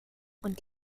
und